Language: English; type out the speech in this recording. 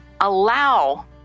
allow